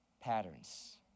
patterns